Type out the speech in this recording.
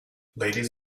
ladies